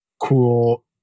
cool